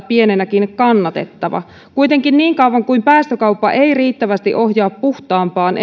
pienenäkin kannatettava kuitenkin niin kauan kuin päästökauppa ei riittävästi ohjaa puhtaampaan